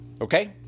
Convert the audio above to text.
Okay